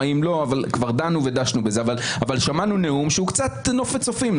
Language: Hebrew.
לא אבל כבר דנו ודשנו בזה נאום שהוא קצת נופת צופים.